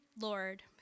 Lord